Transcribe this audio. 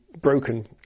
broken